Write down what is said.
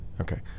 Okay